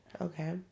Okay